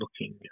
looking